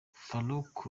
farouk